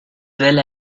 well